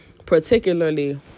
Particularly